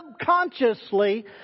subconsciously